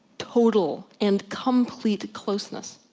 total and complete closeness.